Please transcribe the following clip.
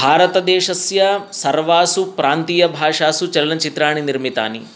भारतदेशस्य सर्वासु प्रान्तीयभाषासु चलनचित्राणि निर्मितानि